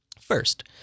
First